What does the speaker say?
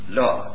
law